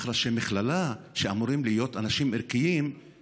כמה סטודנטים שההרצאה לא כל כך נעמה לאוזניהם נטשו את האולם,